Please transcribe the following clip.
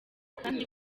kandi